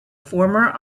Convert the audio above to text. former